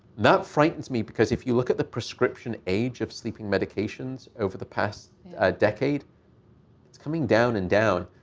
that frightens me. because if you look at the prescription age of sleeping medications over the past decade, it's coming down and down.